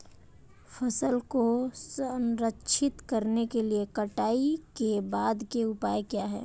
फसल को संरक्षित करने के लिए कटाई के बाद के उपाय क्या हैं?